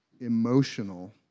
emotional